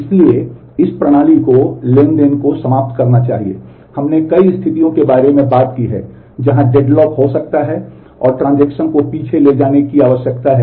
इसलिए इस प्रणाली को ट्रांज़ैक्शन को समाप्त करना चाहिए हमने कई स्थितियों के बारे में बात की है जहां डेडलॉक विफलता है